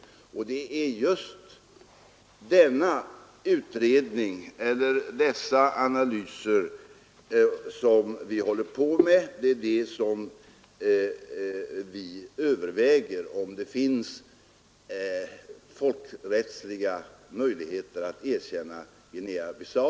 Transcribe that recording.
Det är dessa analyser som vi håller på med. Vi överväger med ledning av dem om det finns folkrättsliga möjligheter att erkänna Guinea-Bissau.